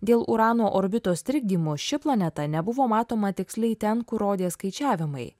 dėl urano orbitos trikdymo ši planeta nebuvo matoma tiksliai ten kur rodė skaičiavimai